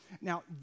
Now